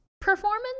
performance